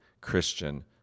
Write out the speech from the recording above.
Christian